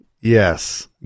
yes